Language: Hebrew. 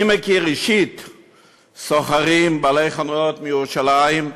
אני מכיר אישית סוחרים, בעלי חנויות מירושלים,